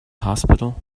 hospital